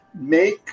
make